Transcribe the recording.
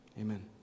amen